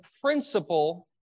principle